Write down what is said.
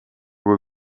kui